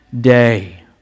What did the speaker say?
day